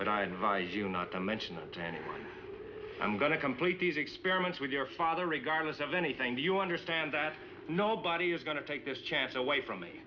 but i advise you not to mention it and i'm going to complete these experiments with your father regardless of anything do you understand that nobody is going to take this chance away from me